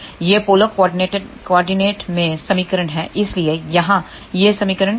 यह polar coordinate में समीकरण है इसलिए यहां यह समीकरण क्या है